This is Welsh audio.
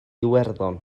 iwerddon